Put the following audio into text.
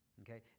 okay